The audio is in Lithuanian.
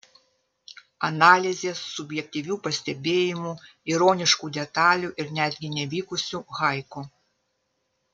analizės subjektyvių pastebėjimų ironiškų detalių ir netgi nevykusių haiku